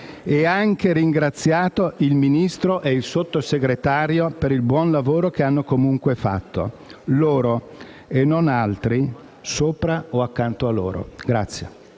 Uffici, nonché il Ministro e il Sottosegretario per il buon lavoro che hanno comunque fatto: loro e non altri, sopra o accanto a loro.